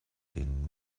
den